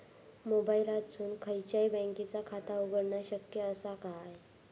मोबाईलातसून खयच्याई बँकेचा खाता उघडणा शक्य असा काय?